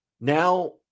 now